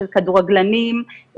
של כדורגלנים,